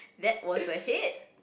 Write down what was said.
that was a hit